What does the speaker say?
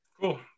cool